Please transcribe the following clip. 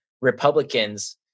Republicans